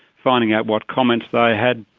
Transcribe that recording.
finding out what comments they had,